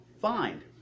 find